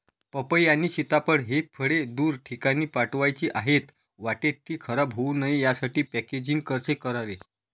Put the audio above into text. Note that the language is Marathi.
पपई आणि सीताफळ हि फळे दूर ठिकाणी पाठवायची आहेत, वाटेत ति खराब होऊ नये यासाठी पॅकेजिंग कसे करावे?